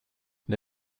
det